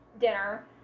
dinner